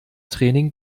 training